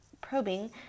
probing